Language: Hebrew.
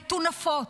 מטונפות.